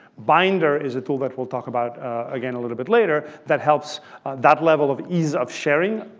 binder is a tool that we'll talk about again a little bit later that helps that level of ease of sharing.